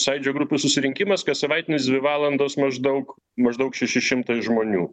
sąjūdžio grupių susirinkimas kassavaitinių dvi valandos maždaug maždaug šeši šimtai žmonių